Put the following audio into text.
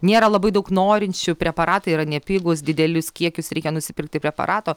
nėra labai daug norinčių preparatai yra nepigūs didelius kiekius reikia nusipirkti preparato